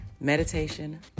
meditation